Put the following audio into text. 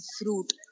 fruit